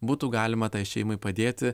būtų galima tai šeimai padėti